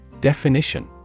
Definition